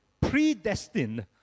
predestined